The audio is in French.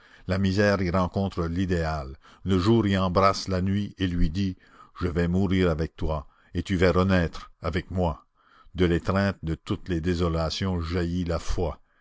la misère y rencontre l'idéal le jour y embrasse la nuit et lui dit je vais mourir avec toi et tu vas renaître avec moi de l'étreinte de toutes les désolations jaillit la foi